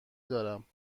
دارم